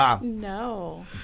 No